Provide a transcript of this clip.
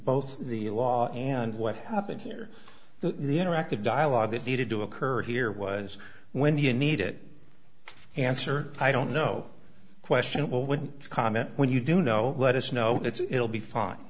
both the law and what happened here the interactive dialogue that needed to occur here was when you need it answer i don't know questionable wouldn't comment when you do know let us know it's it'll be fine